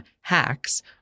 Hacks